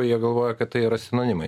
jie galvoja kad tai yra sinonimai